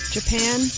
Japan